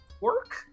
work